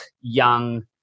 young